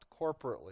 corporately